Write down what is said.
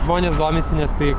žmonės domisi nes tai